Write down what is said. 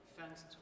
thanks